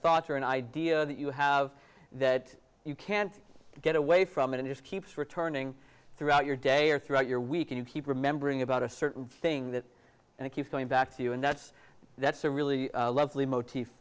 thought or an idea that you have that you can't get away from it it just keeps returning throughout your day or throughout your we can keep remembering about a certain thing that and it keeps going back to you and that's that's a really lovely motif